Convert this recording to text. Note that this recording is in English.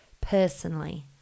personally